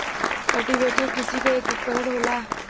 cultivator कृषि क एक उपकरन होला